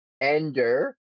Ender